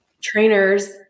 trainers